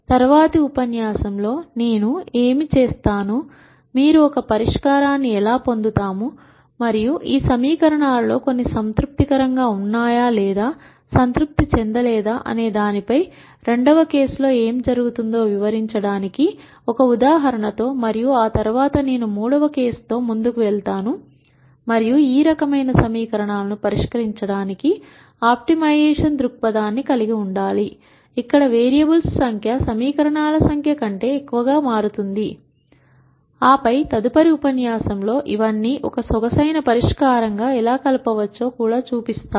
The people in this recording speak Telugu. తదుపరి ఉపన్యాసంలో నేను ఏమి చేస్తానుమీరు ఒక పరిష్కారాన్ని ఎలా పొందుతారు మరియు ఈ సమీకరణాలలో కొన్ని సంతృప్తికరంగా ఉన్నాయా లేదా సంతృప్తి చెందలేదా అనే దానిపై కేసు 2 లో ఏమి జరుగుతుందో వివరించడానికి ఒక ఉదాహరణ తీసుకోండిమరియు ఆ తరువాత నేను కేస్ 3 కి వెళ్తాను మరియు ఆ రకమైన సమీకరణాలను పరిష్కరించడానికి ఆప్టిమైజేషన్ దృక్పథాన్ని చూపుతానుఇక్కడ వేరియబుల్స్ సంఖ్య సమీకరణాల సంఖ్య కంటే ఎక్కువగా మారుతుంది ఆపై తదుపరి ఉపన్యాసంలో సూడో విలోమ భావన ద్వారా ఇవన్నీ ఒక పొందిక అయినా పరిష్కారం గా ఎలా కలపవచ్చో కూడా చూపిస్తాను